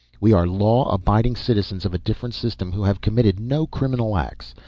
we are law-abiding citizens of a different system who have committed no criminal acts.